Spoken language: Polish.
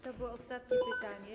To było ostatnie pytanie.